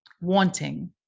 wanting